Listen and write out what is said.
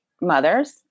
mothers